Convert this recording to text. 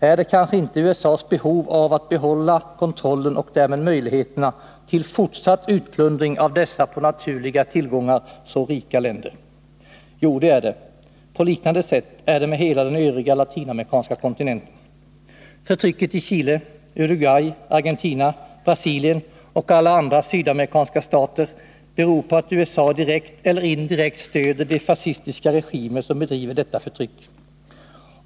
Är det kanske inte USA:s behov av att behålla kontrollen och därmed möjligheterna till fortsatt utplundring av dessa på naturliga tillgångar så rika länder? Jo, det är det! På liknande sätt är det med hela den övriga latinamerikanska kontinenten. Förtrycket i Chile, Uruguay, Argentina, Brasilien och alla andra sydamerikanska stater beror på att USA direkt eller indirekt stöder de fascistiska regimer som bedriver detta förtryck.